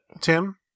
Tim